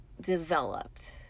developed